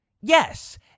Yes